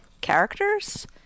characters